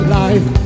life